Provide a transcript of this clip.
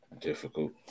difficult